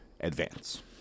Advance